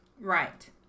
Right